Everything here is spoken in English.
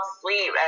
sleep